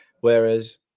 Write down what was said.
whereas